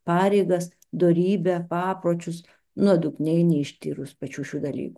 pareigas dorybę papročius nuodugniai neištyrus pačių šių dalykų